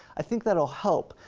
i think that'll help.